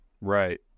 Right